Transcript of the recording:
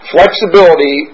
Flexibility